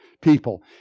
people